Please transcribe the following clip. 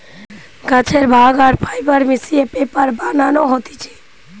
গাছের ভাগ আর ফাইবার মিশিয়ে পেপার বানানো হতিছে